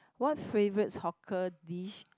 what favorite hawker dish